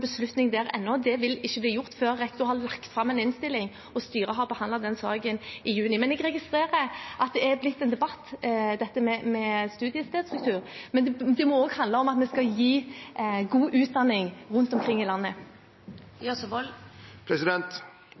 beslutning der ennå. Det vil ikke bli gjort før rektor har lagt fram en innstilling og styret har behandlet den saken i juni. Men jeg registrerer at det er blitt en debatt om studiestedsstruktur, men det må også handle om at vi skal gi god utdanning rundt omkring i